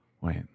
wait